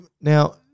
now